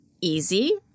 easy